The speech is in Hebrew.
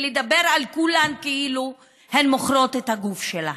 לדבר על כולן כאילו הן מוכרות את הגוף שלהן.